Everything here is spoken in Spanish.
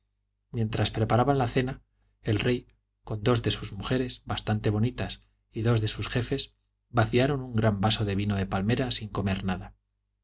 mientras preparaban la cena el rey con dos de sus mujeres bastante bonitas y dos de sus jefes vaciaron un gran vaso de vino de palmera sin comer nada